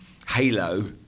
halo